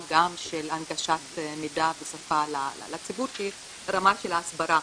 גם של הנגשת מידע בשפה לציבור שהיא רמה של ההסברה,